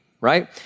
right